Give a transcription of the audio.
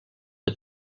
que